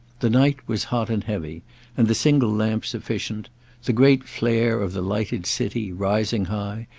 the night was hot and heavy and the single lamp sufficient the great flare of the lighted city, rising high,